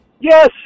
Yes